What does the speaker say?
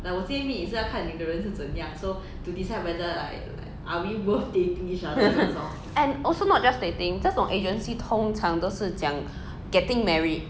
and also not just dating 这种 agency 通常都是讲 getting married